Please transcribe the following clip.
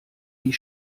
die